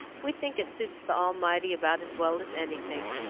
we think it suits the almighty about as well as anything.